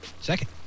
Second